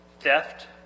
theft